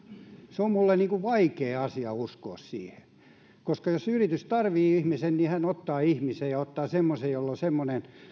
se on minulle vaikea asia uskoa koska jos yritys tarvitsee ihmisen niin se ottaa ihmisen ja ottaa semmoisen jolla on semmoinen